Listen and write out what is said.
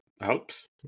helps